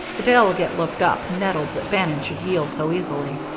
the delegate looked up, nettled that bannon should yield so easily.